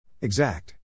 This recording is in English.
Exact